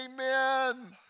amen